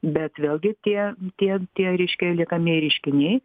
bet vėlgi tie nu tie tie reiškia liekamieji reiškiniai